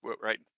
right